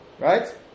Right